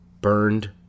burned